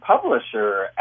publisher